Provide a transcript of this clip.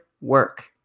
work